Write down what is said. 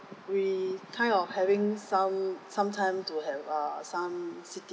we kind of having some sometime to have err some